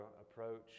approach